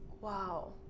Wow